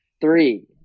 three